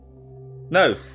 No